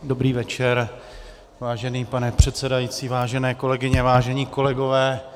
Dobrý večer, vážený pane předsedající, vážené kolegyně, vážení kolegové.